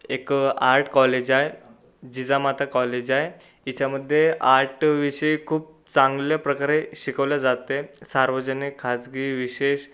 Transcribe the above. एक art college आहे Jijamata college आहे तिच्यामध्ये आर्टविषयी खूप चांगल्या प्रकारे शिकवल्या जाते आहे सार्वजनिक खाजगी विशेष